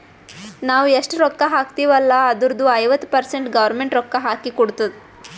ನಾವ್ ಎಷ್ಟ ರೊಕ್ಕಾ ಹಾಕ್ತಿವ್ ಅಲ್ಲ ಅದುರ್ದು ಐವತ್ತ ಪರ್ಸೆಂಟ್ ಗೌರ್ಮೆಂಟ್ ರೊಕ್ಕಾ ಹಾಕಿ ಕೊಡ್ತುದ್